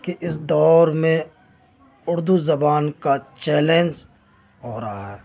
کہ اس دور میں اردو زبان کا چیلنج ہو رہا ہے